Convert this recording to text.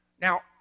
Now